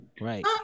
right